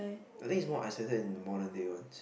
I think it's more isolated in modern day ones